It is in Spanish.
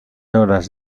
horas